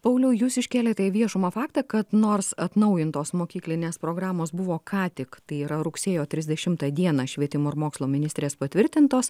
pauliau jūs iškėlėte į viešumą faktą kad nors atnaujintos mokyklinės programos buvo ką tik tai yra rugsėjo trisdešimtą dieną švietimo ir mokslo ministrės patvirtintos